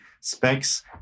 specs